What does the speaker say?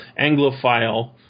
Anglophile